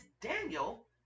Daniel